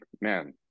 man